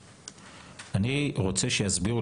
דרישות שהן מרכיבי איכות שנדרשים לעמוד